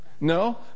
No